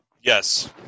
Yes